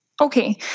Okay